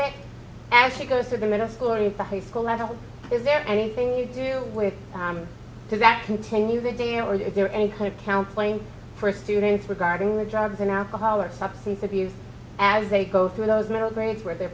bit actually goes to the middle school or you behave school level is there anything you do with them do that continue that day or are there any kind of counseling for students regarding the drugs and alcohol or substance abuse as they go through those metal grades where they're